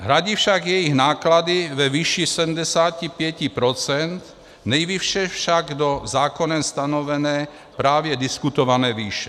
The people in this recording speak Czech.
Hradí však jejich náklady ve výši 75 %, nejvýše však do zákonem stanovené právě diskutované výše.